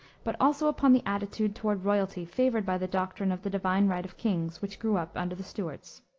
but also upon the attitude toward royalty favored by the doctrine of the divine right of kings, which grew up under the stuarts.